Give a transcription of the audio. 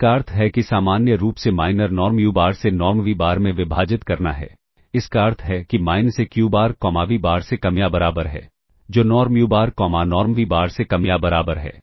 जिसका अर्थ है कि सामान्य रूप से माइनर नॉर्म u बार से नॉर्म v बार में विभाजित करना है इसका अर्थ है कि minus 1 u bar comma v bar से कम या बराबर है जो norm u bar comma norm v bar से कम या बराबर है